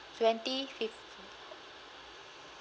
twenty fif~